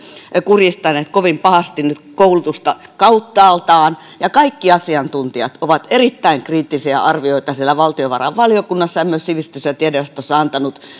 kurjistaneet kovin pahasti nyt koulutusta kauttaaltaan ja kaikki asiantuntijat ovat erittäin kriittisiä arvioita siellä valtiovarainvaliokunnassa ja myös sivistys ja tiedejaostossa